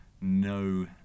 no